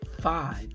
five